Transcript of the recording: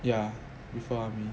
ya before army